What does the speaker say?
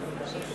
גם הסתייגות מס'